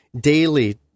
daily